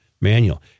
Manual